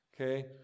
okay